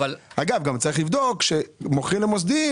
אגב, גם צריך לבדוק כאשר מוכרים למוסדיים